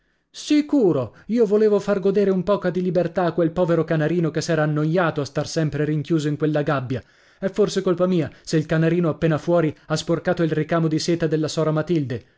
sicuro io volevo far godere un poca di libertà a quel povero canarino che s'era annoiato a star sempre rinchiuso in quella gabbia è forse colpa mia se il canarino appena fuori ha sporcato il ricamo di seta della sera matilde